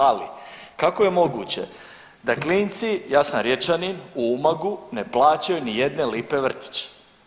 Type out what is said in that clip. Ali kako je moguće da klinci, ja sam Riječanin u Umagu ne plaćaju ni jedne lipe vrtić.